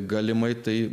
galimai tai